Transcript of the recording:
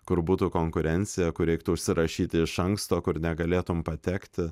kur būtų konkurencija kur reiktų užsirašyti iš anksto kur negalėtum patekti